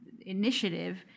initiative